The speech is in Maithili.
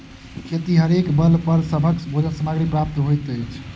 खेतिहरेक बल पर सभक भोजन सामग्री प्राप्त होइत अछि